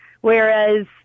whereas